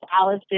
Allison